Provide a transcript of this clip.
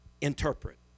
interpret